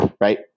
right